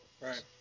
Right